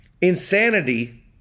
insanity